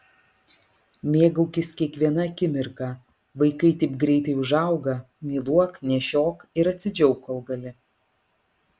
mėgaukis kiekviena akimirka vaikai taip greitai užauga myluok nešiok ir atsidžiauk kol gali